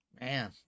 Man